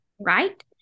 right